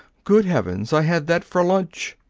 good heavens, i had that for lunch